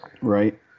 right